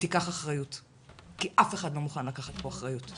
ותיקח אחריות כי אף אחד לא מוכן לקחת פה אחריות.